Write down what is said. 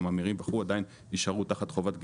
הממירים וכו' עדיין יישארו תחת חובת גידור.